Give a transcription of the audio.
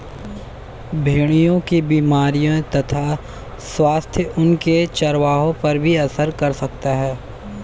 भेड़ों की बीमारियों तथा स्वास्थ्य उनके चरवाहों पर भी असर कर सकता है